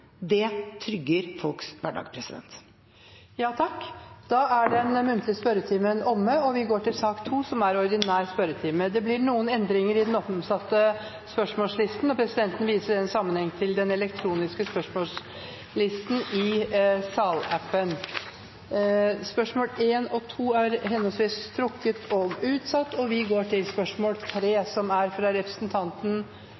Det trygger folks hverdag. Dermed er den muntlige spørretimen omme. Det blir noen endringer i den oppsatte spørsmålslisten, og presidenten viser i den sammenheng til den elektroniske spørsmålslisten. De foreslåtte endringene i dagens spørretime foreslås godkjent. – Det anses vedtatt. Endringene var som følger: Spørsmål 1, fra representanten Kjersti Toppe til helse- og omsorgsministeren, er trukket. Spørsmål 2, fra representanten Trygve Slagsvold Vedum til